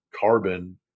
carbon